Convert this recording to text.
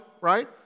right